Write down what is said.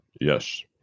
Yes